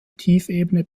tiefebene